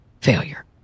failure